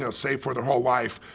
know, saved for their whole life,